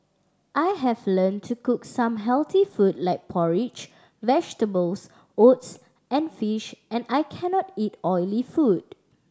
I have learned to cook some healthy food like porridge vegetables oats and fish and I cannot eat oily food